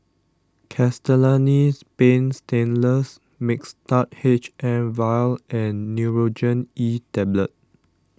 Castellani's Paint Stainless Mixtard H M vial and Nurogen E Tablet